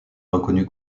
reconnue